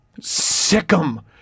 Sick'em